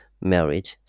married